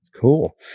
cool